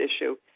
issue